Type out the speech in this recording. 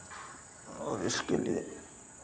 और इसके लिए